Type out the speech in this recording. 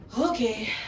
okay